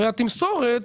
והתמסורת,